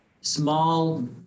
small